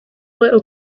little